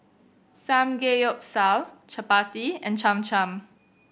Samgeyopsal Chapati and Cham Cham